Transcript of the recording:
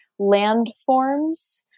landforms